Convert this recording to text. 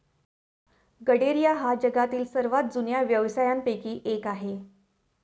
गरेडिया हा जगातील सर्वात जुन्या व्यवसायांपैकी एक आहे